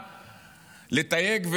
לתייג,